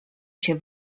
się